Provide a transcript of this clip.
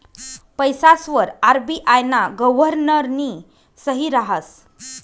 पैसासवर आर.बी.आय ना गव्हर्नरनी सही रहास